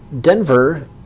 Denver